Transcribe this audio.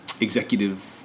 executive